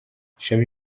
charly